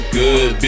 good